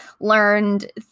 learned